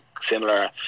similar